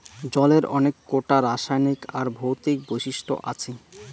জলের অনেক কোটা রাসায়নিক আর ভৌতিক বৈশিষ্ট আছি